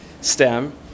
stem